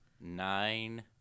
Nine